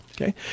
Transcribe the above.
Okay